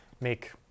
make